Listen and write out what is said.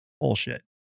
bullshit